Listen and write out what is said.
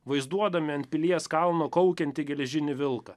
vaizduodami ant pilies kalno kaukiantį geležinį vilką